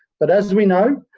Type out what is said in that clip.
but as we know,